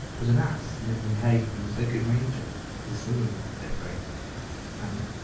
but an ass nibbling hay from the sacred manger is similarly decorated and,